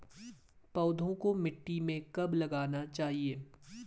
पौधों को मिट्टी में कब लगाना चाहिए?